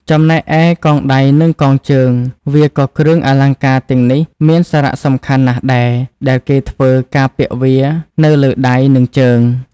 ចំណែកឯកងដៃនិងកងជើងវាក៏គ្រឿងអលង្ការទាំងនេះមានសារៈសំខាន់ណាស់ដែរ ដែលគេធ្វើការពាក់វានៅលើដៃ និងជើង។